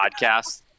podcast